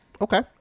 Okay